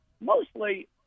mostly